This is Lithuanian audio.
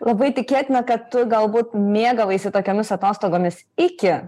labai tikėtina kad tu galbūt mėgaujasi tokiomis atostogomis iki